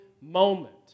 moment